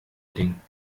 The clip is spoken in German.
dating